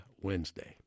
Wednesday